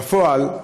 בפועל,